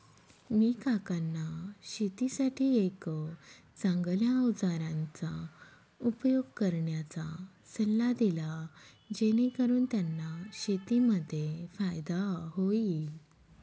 मी काकांना शेतीसाठी एक चांगल्या अवजारांचा उपयोग करण्याचा सल्ला दिला, जेणेकरून त्यांना शेतीमध्ये फायदा होईल